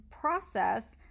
process